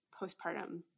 postpartum